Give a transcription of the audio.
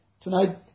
Tonight